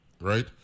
right